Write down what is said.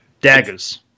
daggers